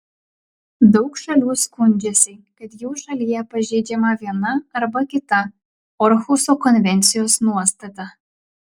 daug šalių skundžiasi kad jų šalyje pažeidžiama viena arba kita orhuso konvencijos nuostata